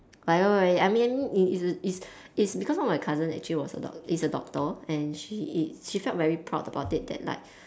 I know right I mean it's it's it's because one of my cousin is actually was a doc~ is a doctor and she is she felt very proud about it that like